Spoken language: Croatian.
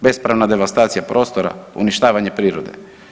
Bespravna devastacija prostora, uništavanje prirode.